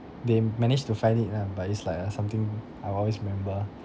they managed to find it lah but it's like uh something I'll always remember